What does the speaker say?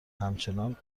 همچنان